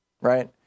right